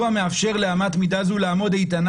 הוא המאפשר לאמת מידה זו לעמוד איתנה